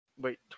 Wait